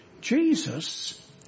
Jesus